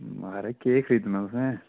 महाराज केह् खरीदना तुसें